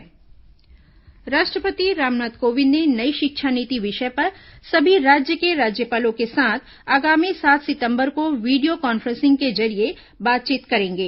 राष्ट्रपति video conferencing राष्ट्रपति रामनाथ कोविंद नई शिक्षा नीति विषय पर सभी राज्य के राज्यपालों के साथ आगामी सात सितंबर को वीडियो कॉफ्रेंसिंग के जरिये बातचीत करेंगे